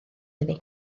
iddi